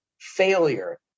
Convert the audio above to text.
failure